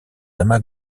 amas